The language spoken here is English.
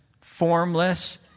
formless